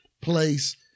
place